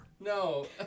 No